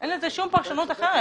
אין לזה שום פרשנות אחרת.